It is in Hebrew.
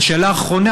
ושאלה אחרונה,